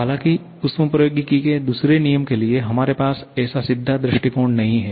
हालांकि ऊष्मप्रवैगिकी के दूसरे नियम के लिए हमारे पास ऐसा सीधा दृष्टिकोण नहीं है